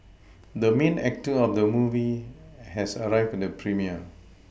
the main actor of the movie has arrived at the premiere